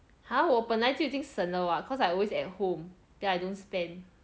!huh! 我本来就已经省了 what cause I always at home then I don't spend